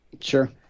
Sure